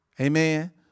Amen